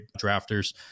drafters